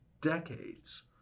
decades